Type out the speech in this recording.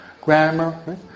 Grammar